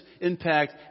impact